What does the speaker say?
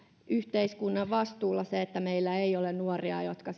yhteiskunnan vastuulla että meillä ei olisi nuoria jotka